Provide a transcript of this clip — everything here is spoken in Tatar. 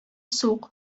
сук